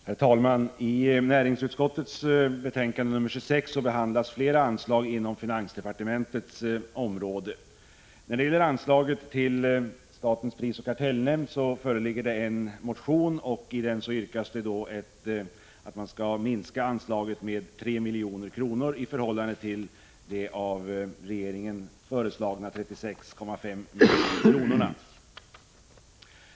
Herr talman! I näringsutskottets betänkande nr 26 behandlas flera anslag inom finansdepartementets område. När det gäller anslaget till statens prisoch kartellnämnd föreligger en motion, i vilken det yrkas att anslaget skall minskas med 3 milj.kr. i förhållande till det av regeringen föreslagna anslaget på 36,5 miljoner.